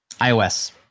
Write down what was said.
iOS